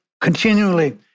continually